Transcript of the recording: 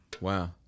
Wow